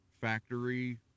factory